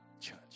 Church